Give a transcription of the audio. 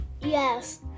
Yes